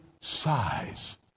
size